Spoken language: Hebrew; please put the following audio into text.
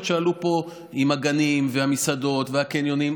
שעלו פה עם הגנים והמסעדות והקניונים.